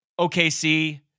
OKC